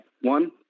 one